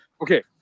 Okay